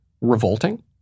revolting